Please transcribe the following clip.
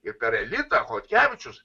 ir per elitą chodkevičius